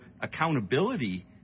accountability